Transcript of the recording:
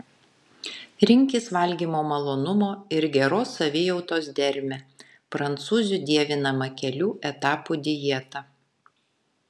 rinkis valgymo malonumo ir geros savijautos dermę prancūzių dievinamą kelių etapų dietą